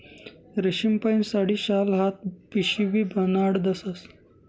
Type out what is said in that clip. रेशीमपाहीन साडी, शाल, हात पिशीबी बनाडतस